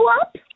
up